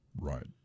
Right